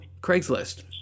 Craigslist